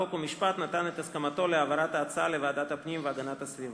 חוק ומשפט נתן את הסכמתו להעברת ההצעה לוועדת הפנים והגנת הסביבה.